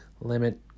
Limit